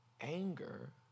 Anger